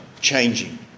changing